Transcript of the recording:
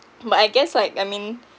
but I guess like I mean